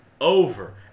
over